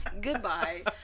Goodbye